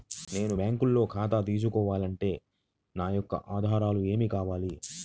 నేను బ్యాంకులో ఖాతా తీసుకోవాలి అంటే నా యొక్క ఆధారాలు ఏమి కావాలి?